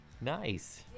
Nice